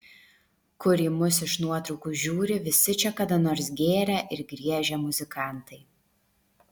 kur į mus iš nuotraukų žiūri visi čia kada nors gėrę ir griežę muzikantai